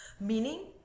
meaning